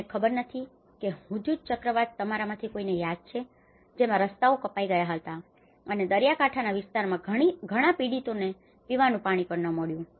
મને ખબર નથી કે હુધુદ ચક્રવાત તમારામાંથી કોઈને યાદ છે કે જેમાં રસ્તાઓ કપાઈ ગયા હતા અને દરિયાકાંઠાના વિસ્તારમાં ઘણા પીડિતોને પીવાનું પાણી પણ ન મળ્યું હતું